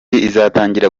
izatangira